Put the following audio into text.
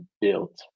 built